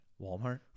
Walmart